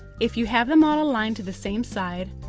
if you have them all aligned to the same side,